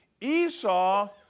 Esau